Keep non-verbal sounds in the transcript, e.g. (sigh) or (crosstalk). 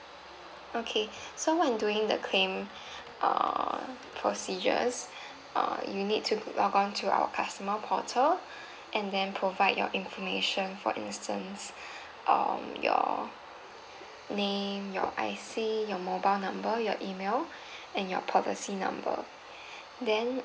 okay so when doing the claim err procedures uh you need to log on to our customer portal (breath) and then provide your information for instance um your name your I_C your mobile number your email and your policy number then